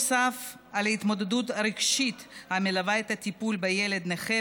נוסף על ההתמודדות הרגשית המלווה את הטיפול בילד הנכה